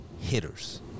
hitters